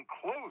close